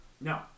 no